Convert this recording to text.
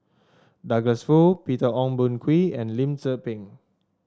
Douglas Foo Peter Ong Boon Kwee and Lim Tze Peng